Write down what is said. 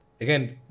Again